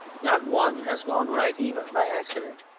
not one has gone right even by accident.